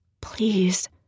Please